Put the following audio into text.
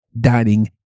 dining